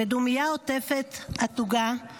"בדומייה עוטפת התוגה /